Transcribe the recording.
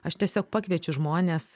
aš tiesiog pakviečiu žmones